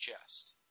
chest